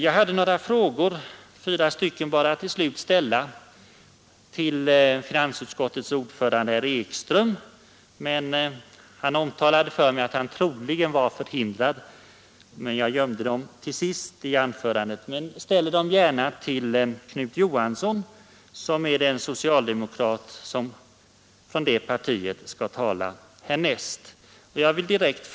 Jag har till slut tre frågor, som jag hade tänkt ställa till finansutskottets ordförande, herr Ekström. Men han har omtalat för mig att han troligen var förhindrad att närvara. I förhoppning att han ändå skulle hinna tillbaka gömde jag dem till sist i anförandet men ställer dem nu gärna och alternativt till herr Knut Johansson, som är den som skall tala härnäst från samma parti.